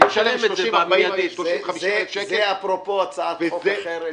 משלם את זה --- זה אפרופו הצעת חוק אחרת.